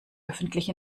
öffentlich